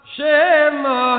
Shema